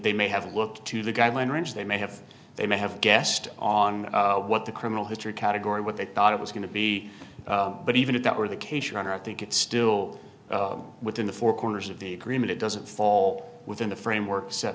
they may have looked to the guideline range they may have they may have guessed on what the criminal history category what they thought it was going to be but even if that were the case your honor i think it's still within the four corners of the agreement it doesn't fall within the framework set